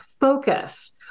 focus